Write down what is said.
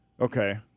Okay